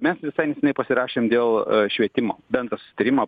mes visai neseniai pasirašėm dėl švietimo bendrą susitarimą